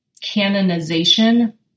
canonization